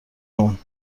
اون